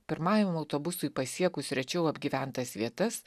pirmajam autobusui pasiekus rečiau apgyventas vietas